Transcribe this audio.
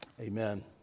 Amen